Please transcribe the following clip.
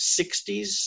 60s